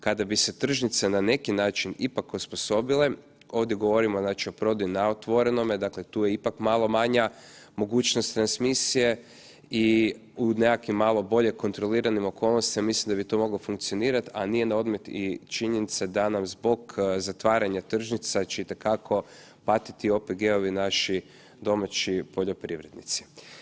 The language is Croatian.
Kada bi se tržnice na neki način ipak osposobile, ovdje govorimo znači o prodaji na otvorenome, dakle tu je ipak malo manja mogućnost transmisije i u nekakvim malo bolje kontroliranim okolnostima ja mislim da bi to moglo funkcionirat, a nije na odmet i činjenica da nam zbog zatvaranja tržnica će itekako patiti OPG-ovi i naši domaći poljoprivrednici.